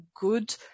good